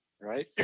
right